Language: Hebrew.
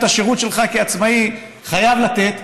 את השירות שלך כעצמאי חייב לתת,